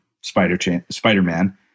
Spider-Man